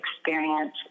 experience